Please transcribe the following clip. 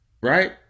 right